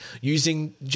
using